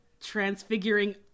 transfiguring